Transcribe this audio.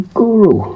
guru